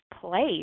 place